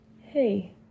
hey